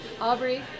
Aubrey